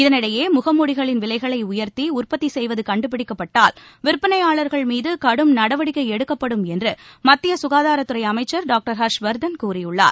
இதனிடையே முகமூடிகளின் விலைகளை உயர்த்தி உற்பத்தி செய்வது கண்டுப்பிடிக்கப்பட்டால் விற்பனையாளர் மீது கடும் நடவடிக்கை எடுக்கப்படும் என்று மத்திய சுகாதாரத் துறை அமைச்சர் டாக்டர் ஹர்ஷ்வர்தன் கூறியுள்ளார்